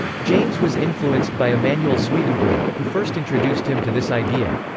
james was influenced by emanuel swedenborg, who first introduced him to this idea.